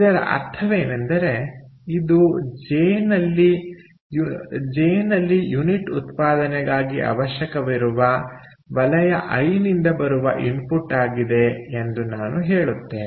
ಇದರ ಅರ್ಥವೇನೆಂದರೆ ಇದು ವಲಯ ಜೆನಲ್ಲಿ ಯೂನಿಟ್ ಉತ್ಪಾದನೆಗಾಗಿ ಅವಶ್ಯಕವಿರುವ ವಲಯ ಐ ನಿಂದ ಬರುವ ಇನ್ಪುಟ್ ಆಗಿದೆ ಎಂದು ನಾನು ಹೇಳುತ್ತೇನೆ